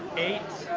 eight,